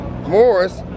morris